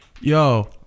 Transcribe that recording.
Yo